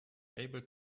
able